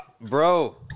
Bro